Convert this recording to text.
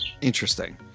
interesting